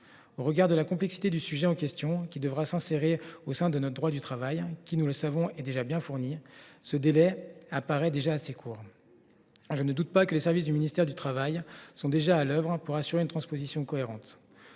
Au regard de la complexité du sujet en question, qui devra s’insérer au sein de notre droit du travail, dont nous savons qu’il est déjà bien fourni, ce délai apparaît assez court. Je ne doute pas que les services du ministère du travail sont d’ores et déjà à l’œuvre pour assurer une transposition cohérente.